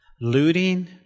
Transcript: Looting